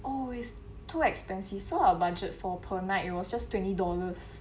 oh it's too expensive so our budget for per night it was just twenty dollars